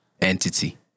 entity